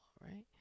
right